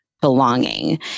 belonging